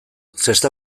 zesta